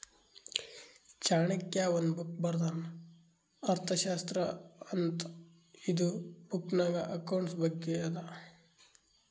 ಚಾಣಕ್ಯ ಒಂದ್ ಬುಕ್ ಬರ್ದಾನ್ ಅರ್ಥಶಾಸ್ತ್ರ ಅಂತ್ ಇದು ಬುಕ್ನಾಗ್ ಅಕೌಂಟ್ಸ್ ಬಗ್ಗೆ ಅದಾ